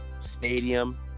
stadium